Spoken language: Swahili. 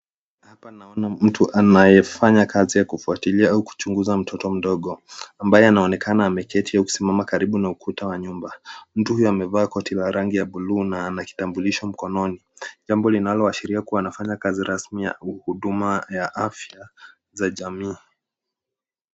Hapa naona mtu anayefanya kazi ya kufuatilia au kuchunguza mtoto mdogo, ambaye anaonekana ameketi au kusimama karibu na ukuta wa nyumba. Mtu huyo amevaa koti la rangi ya buluu na ana kitambulisho mkononi, jambo linaloashiria kuwa anafanya kazi rasmi ya huduma ya afya za jamii.